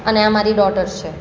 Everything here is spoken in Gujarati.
અને આ મારી ડોટર છે